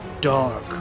dark